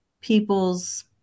people's